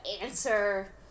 answer